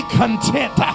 content